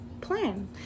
plan